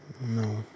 No